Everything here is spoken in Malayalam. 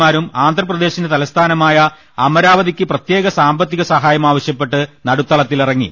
മാരും ആന്ധ്രപ്രദേശിന്റെ തലസ്ഥാനമായ അമരാവതിക്ക് പ്രത്യേക സാമ്പത്തികസഹായം ആവശൃപ്പെട്ട് നടുത്തളത്തിലിറങ്ങി